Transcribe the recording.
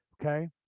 Okay